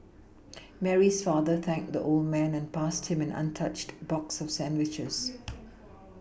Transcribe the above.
Mary's father thanked the old man and passed him an untouched box of sandwiches